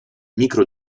micro